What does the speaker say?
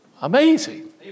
Amazing